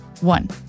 One